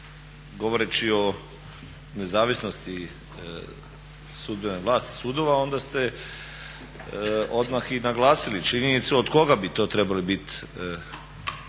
govoreći o nezavisnosti sudbene vlasti sudova onda ste odmah i naglasili činjenicu od koga bi to trebali bit